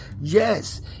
Yes